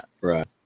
right